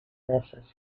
masses